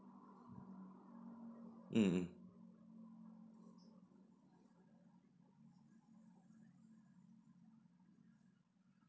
mmhmm